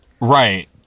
Right